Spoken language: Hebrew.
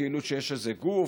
כאילו שיש איזה גוף,